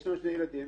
יש לנו שני ילדים,